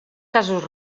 casos